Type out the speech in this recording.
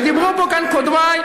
ודיברו פה קודמי,